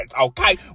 okay